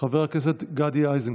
חבר הכנסת גדי איזנקוט,